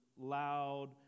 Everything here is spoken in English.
loud